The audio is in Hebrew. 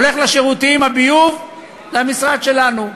הולך לשירותים, הביוב, זה המשרד שלנו,